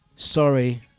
Sorry